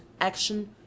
action